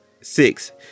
six